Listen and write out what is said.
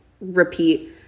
repeat